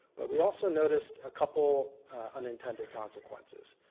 but we also noticed a couple unintended consequences.